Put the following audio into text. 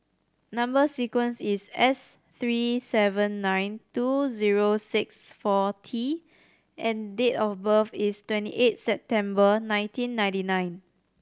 number sequence is S three seven nine two zero six four T and date of birth is twenty eight September nineteen ninety nine